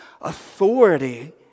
Authority